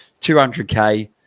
200K